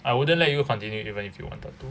I wouldn't let you will continue even if you wanted to